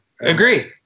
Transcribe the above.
Agree